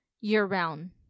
year-round